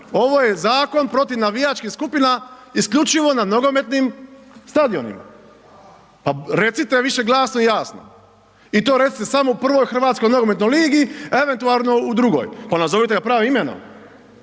Ovo je zakon protiv navijačkih skupina isključivo na nogometnim stadionima. Pa recite to više jasno i glasno i to recite samo u prvoj Hrvatskoj nogometnoj ligi, a eventualno u drugoj. Pa ga nazovite pravim imenom